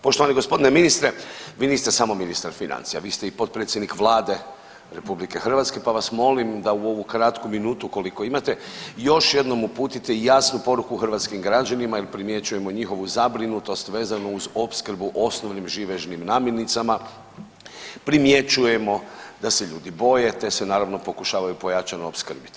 Poštovani gospodine ministre, vi niste samo ministar financije, vi ste i potpredsjednik Vlade RH, pa vas molim da u ovu kratku minutu koliko imate još jednom uputite jasnu poruku hrvatskim građanima jer primjećujemo njihovu zabrinutost vezanu uz opskrbu osnovnim živežnim namirnicama, primjećujemo da se ljudi boje te se naravno pokušavaju pojačano opskrbiti.